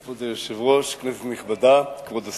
כבוד היושבת-ראש, כנסת נכבדה, כבוד השר,